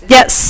Yes